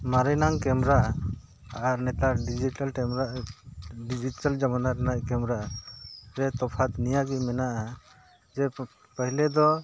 ᱢᱟᱨᱮᱱᱟᱝ camera ᱟᱨ ᱱᱮᱛᱟᱨ digital ᱴᱮᱢᱨᱟ ᱰᱤᱡᱤᱴᱟᱞ ᱡᱟᱢᱟᱱᱟ ᱨᱮᱱᱟᱜ ᱠᱮᱢᱮᱨᱟ ᱨᱮ ᱛᱚᱯᱷᱟᱛ ᱱᱤᱭᱟᱹᱜᱮ ᱢᱮᱱᱟᱜᱼᱟ ᱡᱮ ᱯᱟᱦᱞᱮ ᱫᱚ